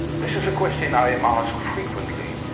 this is a question i am asked frequently,